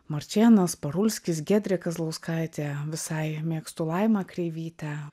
marčėnas parulskis giedrė kazlauskaitė visai mėgstu laimą kreivytę